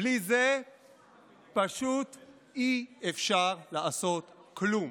בלי זה פשוט אי-אפשר לעשות כלום.